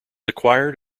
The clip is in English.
acquired